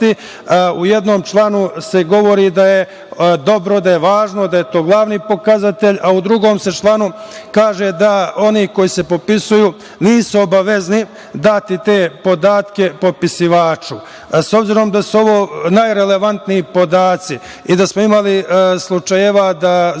U jednom članu se govori da je dobro, da je važno, da je to glavni pokazatelj. U drugom se članu kaže da oni koji se popisuju nisu obavezni dati te podatke popisivaču. Obzirom da su ovo najrelevantniji podaci i da smo imali slučajeva da zbog